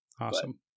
awesome